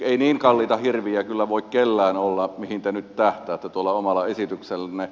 ei niin kalliita hirviä kyllä voi kellään olla mihin te nyt tähtäätte tuolla omalla esityksellänne